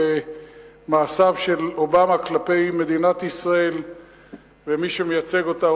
ובמעשיו של אובמה כלפי מדינת ישראל ומי שמייצג אותה,